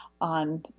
on